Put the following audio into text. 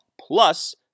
plus